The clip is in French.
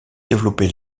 développer